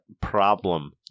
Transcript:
problem